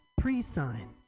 pre-sign